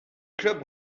club